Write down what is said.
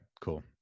cool